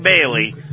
Bailey